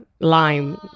Lime